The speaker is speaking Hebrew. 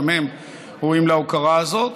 גם הם ראויים להוקרה הזאת,